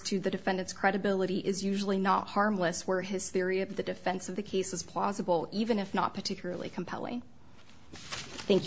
to the defendant's credibility is usually not harmless where his theory of the defense of the case is plausible even if not particularly compelling thank